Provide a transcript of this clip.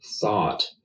thought